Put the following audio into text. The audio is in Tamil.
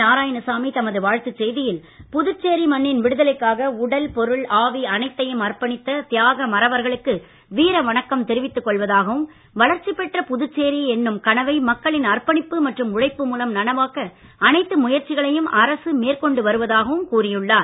நாராயணசாமி தமது வாழ்த்துச் செய்தியில் புதுச்சேரி அனைத்தையும் அர்ப்பணித்த தியாக மறவர்களுக்கு வீர வணக்கம் தெரிவித்துக் கொள்வதாகவும் வளர்ச்சி பெற்ற புதுச்சேரி என்னும் கனவை மக்களின் அர்ப்பணிப்பு மற்றும் உழைப்பு மூலம் நனவாக்க அனைத்து முயற்சிகளையும் அரசு மேற்கொண்டு வருவதாகவும் கூறியுள்ளார்